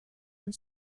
and